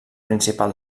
principal